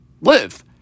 live